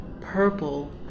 purple